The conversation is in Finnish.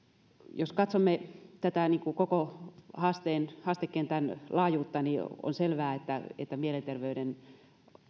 jos katsomme tätä koko haastekentän laajuutta on selvää että että mielenterveyden